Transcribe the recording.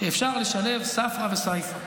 שאפשר לשלב ספרא וסייפא,